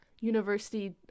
university